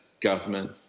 government